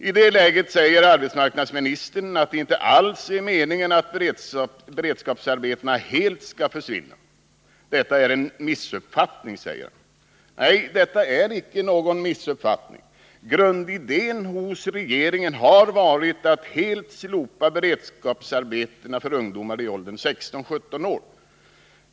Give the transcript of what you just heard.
I det läget säger arbetsmarknadsministern att det inte alls är meningen att beredskapsarbetena helt skall försvinna. Detta är en missuppfattning, säger han. Nej, detta är icke någon missuppfattning. Grundidén hos regeringen har varit att helt slopa beredskapsarbetena för ungdomar i åldern 16-17 år.